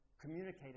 communicated